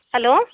hello